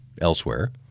elsewhere